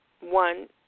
one